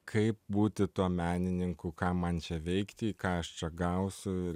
kaip būti tuo menininku ką man čia veikti ką aš čia gausiu ir